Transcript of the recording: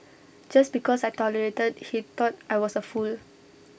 just because I tolerated he thought I was A fool